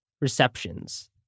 receptions